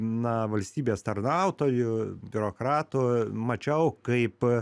na valstybės tarnautoju biurokratu mačiau kaip